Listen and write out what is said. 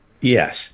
Yes